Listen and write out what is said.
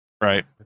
right